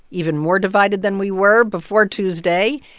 even more divided than we were before tuesday,